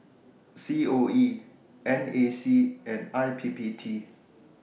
COE NAC and IPPT